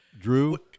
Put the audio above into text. Drew